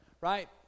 right